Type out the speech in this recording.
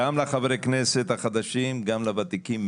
אני אומר גם לחברי הכנסת החדשים, גם לוותיקים.